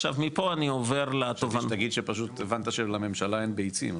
עכשיו מפה אני עובר --- חשבתי שתגיד שפשוט הבנת שלממשלה אין ביצים,